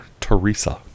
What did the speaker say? Teresa